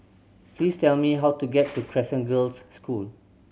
please tell me how to get to Crescent Girls' School